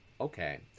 Okay